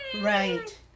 Right